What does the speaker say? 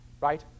right